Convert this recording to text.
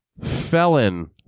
Felon